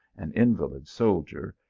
an invalid sol dier,